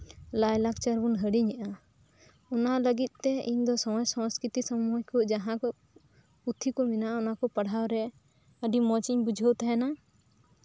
ᱞᱟᱭ ᱞᱟᱠᱪᱟᱨ ᱵᱚᱱ ᱦᱤᱲᱤᱧᱮᱫᱼᱟ ᱚᱱᱟ ᱞᱟᱹᱜᱤᱫᱛᱮ ᱤᱧ ᱫᱚ ᱥᱚᱢᱟᱡ ᱥᱚᱥᱠᱨᱤᱛᱤ ᱥᱚᱢᱚᱱᱫᱷᱮ ᱡᱟᱦᱟᱸ ᱠᱚ ᱯᱩᱛᱷᱤ ᱠᱚ ᱢᱮᱱᱟᱜᱼᱟ ᱚᱱᱟ ᱠᱚ ᱯᱟᱲᱦᱟᱣᱨᱮ ᱟᱹᱰᱤ ᱢᱚᱸᱡᱽ ᱤᱧ ᱵᱩᱡᱷᱟᱹᱣ ᱛᱟᱦᱮᱸᱱᱟ